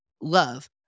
love